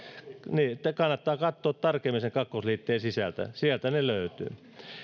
kannattaa katsoa tarkemmin sen kakkosliitteen sisältä sieltä ne löytyvät